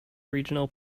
regional